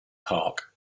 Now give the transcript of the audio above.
park